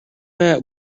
mat